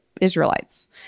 Israelites